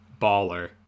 Baller